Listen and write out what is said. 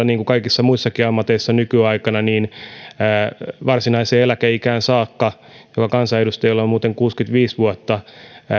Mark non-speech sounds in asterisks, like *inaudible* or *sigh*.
*unintelligible* niin kuin kaikissa muissakin ammateissa nykyaikana pitää olla varsinaiseen eläkeikään saakka joka kansanedustajille on muuten kuusikymmentäviisi vuotta